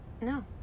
No